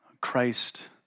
Christ